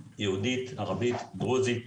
יהודית, ערבית, דרוזית.